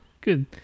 Good